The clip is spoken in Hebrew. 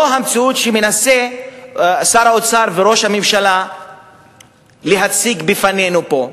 לא המציאות שמנסים שר האוצר וראש הממשלה להציג בפנינו פה.